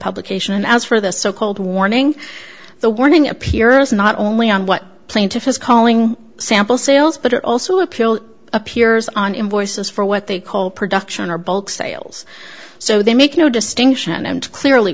publication and as for this so called warning the warning appears not only on what plaintiff is calling sample sales but also a pill appears on invoices for what they call production or bulk sales so they make no distinction and clearly